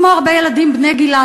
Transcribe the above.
כמו הרבה ילדים בני גילה,